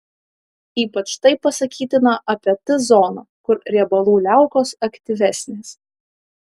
ypač tai pasakytina apie t zoną kur riebalų liaukos aktyvesnės